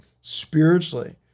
spiritually